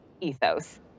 ethos